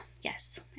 yes